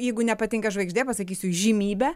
jeigu nepatinka žvaigždė pasakysiu įžymybe